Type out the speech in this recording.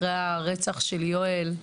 אחרי הרצח של יואל.